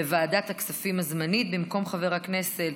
בוועדת הכספים הזמנית, במקום חבר הכנסת